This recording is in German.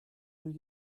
will